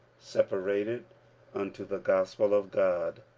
separated unto the gospel of god,